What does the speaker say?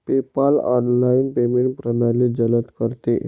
PayPal online payment प्रणाली जलद करते